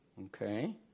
Okay